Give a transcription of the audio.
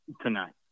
tonight